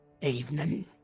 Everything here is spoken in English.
Evening